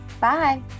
Bye